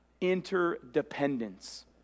interdependence